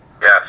Yes